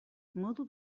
modu